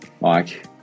Mike